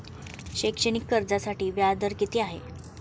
शैक्षणिक कर्जासाठी व्याज दर किती आहे?